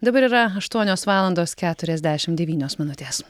dabar yra aštuonios valandos keturiasdešimt devynios minutės